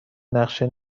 نقشه